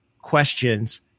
questions